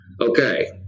Okay